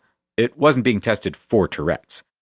it wasn't being tested for tourettes.